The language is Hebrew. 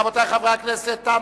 רבותי חברי הכנסת,